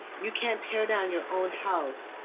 you cannot turn on your own house,